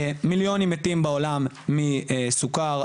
מיליונים מתים בעולם מסוכר,